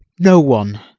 no one.